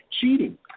cheating